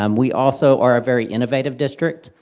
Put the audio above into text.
um we also are a very innovative district,